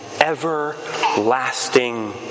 everlasting